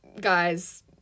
guys